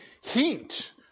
heat